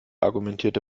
argumentierte